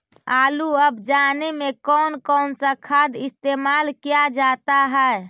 आलू अब जाने में कौन कौन सा खाद इस्तेमाल क्या जाता है?